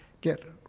get